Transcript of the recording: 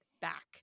back